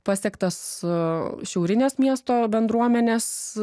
pasiektas šiaurinės miesto bendruomenės